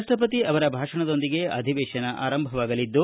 ರಾಷ್ಟಪತಿ ಅವರ ಭಾಷಣದೊಂದಿಗೆ ಅಧಿವೇಶನ ಆರಂಭವಾಗಲಿದ್ದು